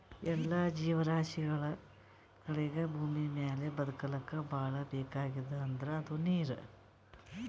ಎಲ್ಲಾ ಜೀವರಾಶಿಗಳಿಗ್ ಭೂಮಿಮ್ಯಾಲ್ ಬದಕ್ಲಕ್ ಭಾಳ್ ಬೇಕಾಗಿದ್ದ್ ಅಂದ್ರ ಅದು ನೀರ್